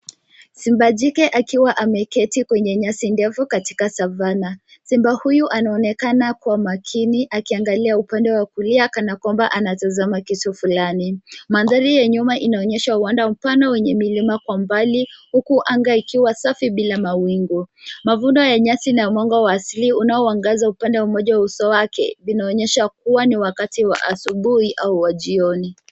Simba jike akiwa ameketi kwenye nyasi ndefu katika savana. Simba huyu anaonekana kwa makini akiangalia upande wa kulia kana kwamba anatazama kitu fulani. Mandhari ya nyuma inaonyesha uwanda mpana wenye milima kwa mbali, huku anga ikiwa safi bila mawingu. Mavuno ya nyasi na mwanga wa asili unaoangaza upande mmoja wa uso wake inaonyesha kuwa ni wakati wa asubuhi au wa jioni.